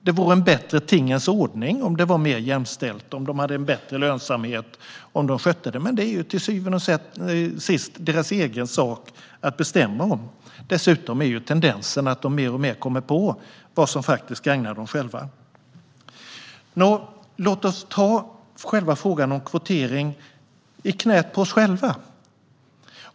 Det vore en bättre tingens ordning om det var mer jämställt, om de hade bättre lönsamhet och skötte detta, men det är till syvende och sist deras egen sak att bestämma om. Dessutom är ju tendensen att de mer och mer kommer på vad som faktiskt gagnar dem själva. Låt oss ta frågan om kvotering i knät på oss själva.